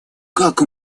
как